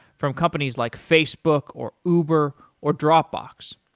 from companies like facebook or uber or dropbox.